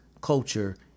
culture